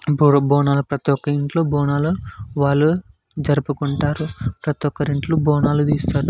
బోనాలు ప్రతి ఒక్క ఇంట్లో బోనాలు వాళ్ళు జరుపుకుంటారు ప్రతి ఒక్కరి ఇంట్లో బోనాలు తీస్తారు